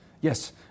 yes